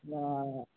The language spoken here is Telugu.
బాగా